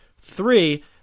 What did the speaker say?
Three